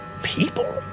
People